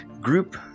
group